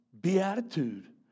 beatitude